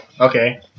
okay